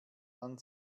dann